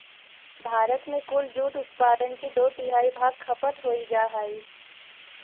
भारत में कुल जूट उत्पादन के दो तिहाई भाग खपत हो जा हइ